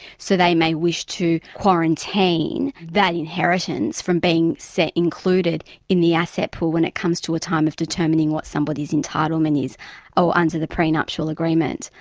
so they may wish to quarantine that inheritance from being set, included in the asset pool when it comes to a time of determining what somebody's entitlement is under the prenuptial agreement.